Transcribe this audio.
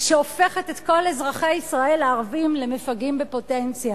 שהופכת את כל אזרחי ישראל הערבים למפגעים בפוטנציה.